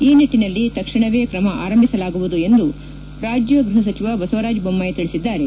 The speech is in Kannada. ಈ ನಿಟ್ಟನಲ್ಲಿ ತಕ್ಷಣವೇ ಕ್ರಮ ಆರಂಭಿಸಲಾಗುವುದು ಎಂದು ರಾಜ್ಯ ಗೃಪ ಸಚಿವ ಬಸವರಾಜ ಬೊಮ್ಮಾಯಿ ತಿಳಿಸಿದ್ದಾರೆ